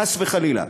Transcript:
חס וחלילה,